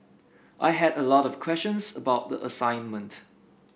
I had a lot of questions about the assignment